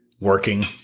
working